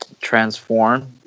transform